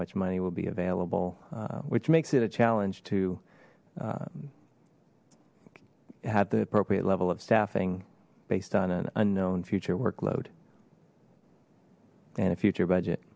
much money will be available which makes it a challenge to have the appropriate level of staffing based on an unknown future workload and a future budget